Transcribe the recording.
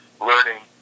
learning